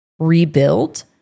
rebuild